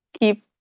keep